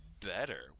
better